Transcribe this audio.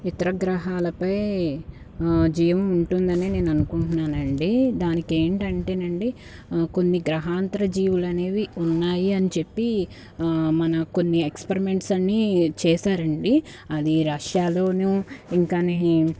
ఇతర గ్రహాలపై జీవం ఉంటుందని నేను అనుకుంటున్నాను అండి దానికి ఏంటంటే అండి కొన్ని గ్రహాంతర జీవులు అనేవి ఉన్నాయి అని చెప్పి మన కొన్ని ఎక్స్పెరిమెంట్స్ అన్నీ చేశారండి అది రష్యాలోను ఇంకా